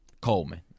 Coleman